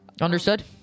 understood